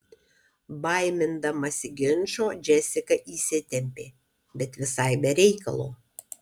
baimindamasi ginčo džesika įsitempė bet visai be reikalo